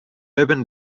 urban